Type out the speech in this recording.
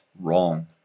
wrong